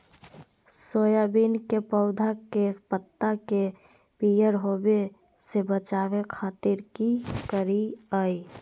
Soybean के पौधा के पत्ता के पियर होबे से बचावे खातिर की करिअई?